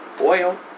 Oil